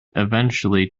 eventually